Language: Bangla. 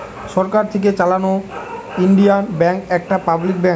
সরকার থিকে চালানো ইন্ডিয়ান ব্যাঙ্ক একটা পাবলিক ব্যাঙ্ক